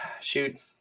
shoot